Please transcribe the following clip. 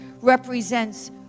represents